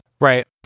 Right